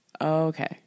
okay